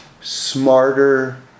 smarter